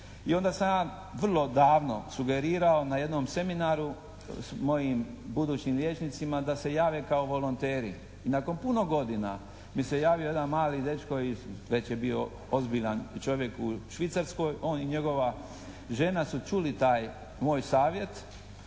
I onda sam ja vrlo davno sugerirao na jednom seminaru mojim budućim liječnicima da se jave kao volonteri. I nakon puno godina mi se javio jedan mali dečko iz, već je bio ozbiljan čovjek u Švicarskoj, on i njegova žena su čuli taj moj savjet